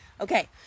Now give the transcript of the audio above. Okay